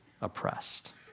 oppressed